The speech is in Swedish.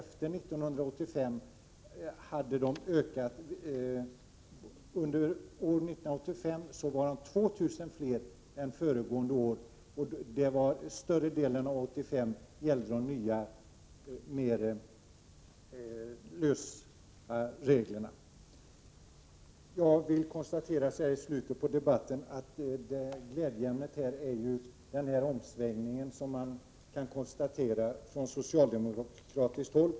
Under år 1985 var det 2 000 fler än föregående år. Under större delen av 1985 gällde de nya, mindre restriktiva reglerna. Jag vill så här i slutet av debatten konstatera att glädjeämnet här består i den omsvängning som har skett från socialdemokratiskt håll.